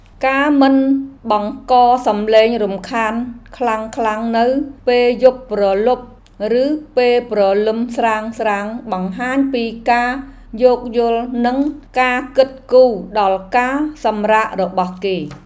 ការមិនបង្កសំឡេងរំខានខ្លាំងៗនៅពេលយប់ព្រលប់ឬពេលព្រលឹមស្រាងៗបង្ហាញពីការយោគយល់និងការគិតគូរដល់ការសម្រាករបស់គេ។